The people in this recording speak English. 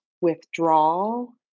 withdrawal